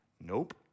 Nope